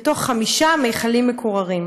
בתוך חמישה מכלים מקוררים.